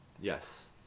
Yes